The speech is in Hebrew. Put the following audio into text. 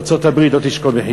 ארצות-הברית לא תשקול בחיוב.